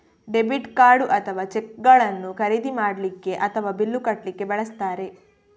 debit card ಅಥವಾ ಚೆಕ್ಗಳನ್ನು ಖರೀದಿ ಮಾಡ್ಲಿಕ್ಕೆ ಅಥವಾ ಬಿಲ್ಲು ಕಟ್ಲಿಕ್ಕೆ ಬಳಸ್ತಾರೆ